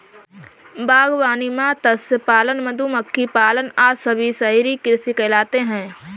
बागवानी, मत्स्य पालन, मधुमक्खी पालन आदि सभी शहरी कृषि कहलाते हैं